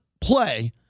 play